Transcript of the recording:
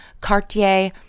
Cartier